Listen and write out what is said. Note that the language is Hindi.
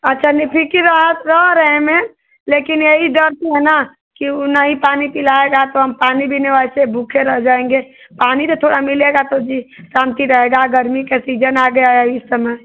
अच्छा ने फ़िक्र रहत रह रहे मैम लेकिन यही डरती हैं ना कि ऊ नहीं पानी पिलाएगा तो हम पानी बिना वैसे भूखे रहे जाएंगे पानी जो थोड़ा मिलेगा तो जी शांति रहेगा गर्मी का सीजन आ गया है इस समय